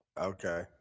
Okay